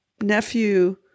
nephew